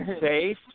safe